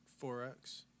Forex